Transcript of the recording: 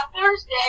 Thursday